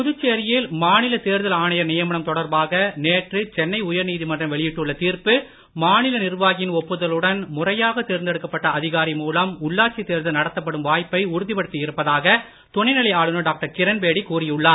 புதுச்சேரியில் மாநில தேர்தல் ஆணையர் நியமனம் தொடர்பாக நேற்று சென்னை உயர்நீதிமன்றம் வெளியிட்டுள்ள தீர்ப்பு மாநில நிர்வாகியின் ஒப்புதலுடன் முறையாக தேர்ந்தெடுக்கப்பட்ட அதிகாரி மூலம் உள்ளாட்சி தேர்தல் நடத்தப்படும் வாய்ப்பை உறுதிப்படுத்தி இருப்பதாக துணைநிலை ஆளுநர் டாக்டர் கிரண்பேடி கூறியுள்ளார்